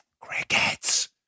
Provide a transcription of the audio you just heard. Crickets